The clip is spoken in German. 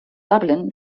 dublin